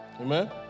Amen